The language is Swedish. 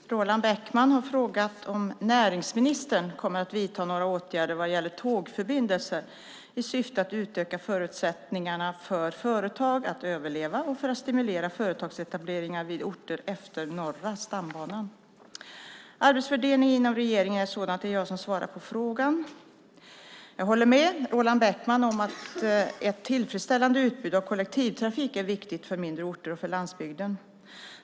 Fru talman! Roland Bäckman har frågat om näringsministern kommer att vidta några åtgärder vad gäller tågförbindelser i syfte att öka förutsättningarna för företag att överleva och för att stimulera företagsetableringar vid orter utefter Norra stambanan. Arbetsfördelningen inom regeringen är sådan att det är jag som svarar på frågan. Jag håller med Roland Bäckman om att ett tillfredsställande utbud av kollektivtrafik är viktigt för mindre orter och för landsbygden.